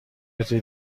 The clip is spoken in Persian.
متر